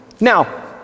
Now